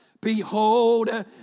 Behold